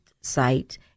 site